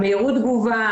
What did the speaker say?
מהירות התגובה,